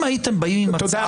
אם הייתם באים עם הצעה --- תודה,